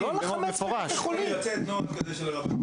איך יכול לצאת נוהל כזה של הרבנות?